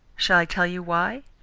shall i tell you why?